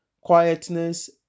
quietness